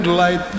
light